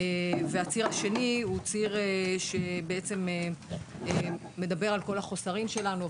והציר השני מדבר על כל החוסרים שלנו,